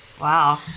Wow